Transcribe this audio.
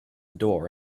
door